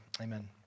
Amen